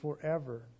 forever